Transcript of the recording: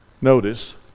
Notice